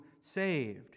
saved